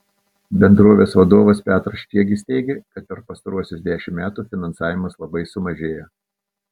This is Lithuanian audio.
bendrovės vadovas petras čiegis teigė kad per pastaruosius dešimt metų finansavimas labai sumažėjo